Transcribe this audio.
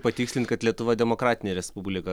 patikslint kad lietuva demokratinė respublika